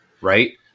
right